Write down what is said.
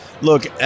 look